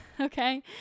Okay